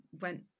went